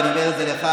ואני אומר את זה לך,